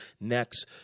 next